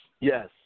Yes